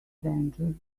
danger